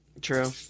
True